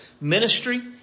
ministry